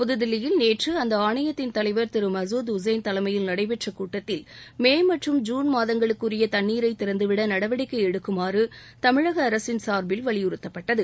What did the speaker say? புதுதில்லியில் நேற்று அந்த ஆணையத்தின் தலைவர் திரு மசூத் உசேன் தலைமையில் நடைபெற்ற கூட்டத்தில் மே மற்றும் ஜூன் மாதங்களுக்குரிய தண்ணீரை திறந்துவிட நடவடிக்கை எடுக்குமாறு தமிழக அரசின் சார்பில் வலியுறுத்தப்பட்டது